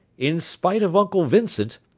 in spite of uncle vincent,